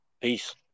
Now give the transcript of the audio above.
Peace